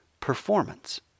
performance